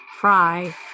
Fry